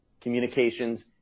communications